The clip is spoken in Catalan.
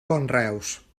conreus